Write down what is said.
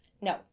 No